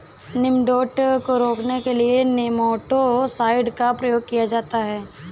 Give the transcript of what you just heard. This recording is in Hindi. निमेटोड को रोकने के लिए नेमाटो साइड का प्रयोग किया जाता है